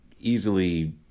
easily